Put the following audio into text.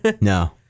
No